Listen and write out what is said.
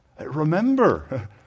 Remember